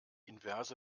inverse